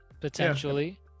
potentially